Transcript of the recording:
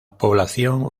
población